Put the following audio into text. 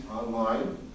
online